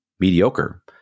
mediocre